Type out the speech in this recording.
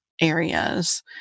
areas